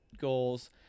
goals